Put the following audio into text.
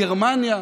גרמניה.